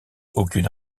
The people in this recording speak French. aucune